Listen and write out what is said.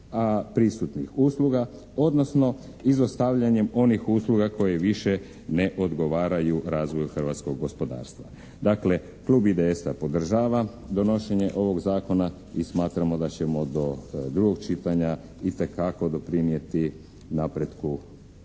a prisutnih usluga, odnosno izostavljanjem onih usluga koje više ne odgovaraju razvoju hrvatskog gospodarstva. Dakle, klub IDS-a podržava donošenje ovog zakona i smatramo da ćemo do drugog čitanja itekako doprinijeti napretku prijedloga,